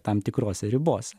tam tikros ribos